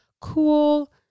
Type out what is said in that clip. Cool